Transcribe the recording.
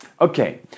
Okay